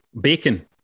Bacon